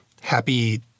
happy